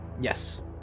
yes